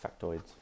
factoids